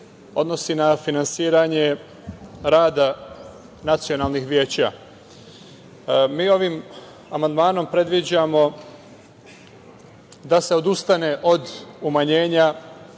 odnosi na finansiranje rada nacionalnih veća. Mi ovim amandmanom predviđamo da se odustane od umanjenja